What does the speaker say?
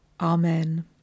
Amen